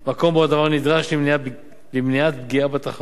מקום שבו הדבר נדרש למניעת פגיעה בתחרות